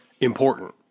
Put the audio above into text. important